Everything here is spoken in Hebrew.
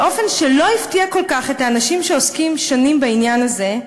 באופן שלא הפתיע כל כך את האנשים שעוסקים שנים בעניין הזה,